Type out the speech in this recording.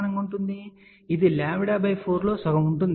ఇది λ 4 లో సగం ఉంటుంది